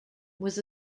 was